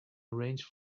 arrange